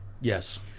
Yes